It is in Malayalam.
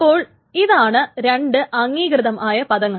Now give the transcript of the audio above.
അപ്പോൾ ഇതാണ് രണ്ട് അംഗീകൃതമായ പദങ്ങൾ